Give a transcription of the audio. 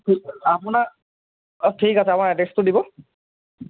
আপোনাক অঁ ঠিক আছে আপোনাৰ এড্ৰেছটো দিব